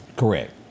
Correct